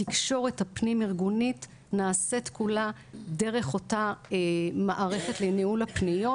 התקשורת הפנים ארגונית נעשית כולה דרך אותה מערכת לניהול הפניות,